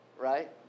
right